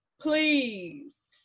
please